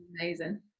amazing